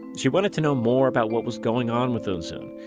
she wanted to know more about what was going on with eunsoon.